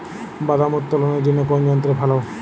বাদাম উত্তোলনের জন্য কোন যন্ত্র ভালো?